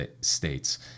states